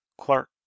Clark